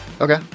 Okay